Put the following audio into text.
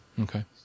Okay